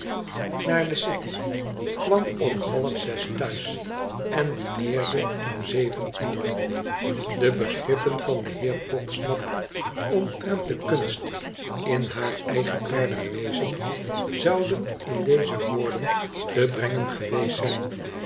naar de city kwam om half zes thuis en dineerde om zeven uur de begrippen van den heer podsnap omtrent de kunst in haar eigenaardig wezen zouden in deze woorden te brengen geweest zijn